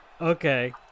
Okay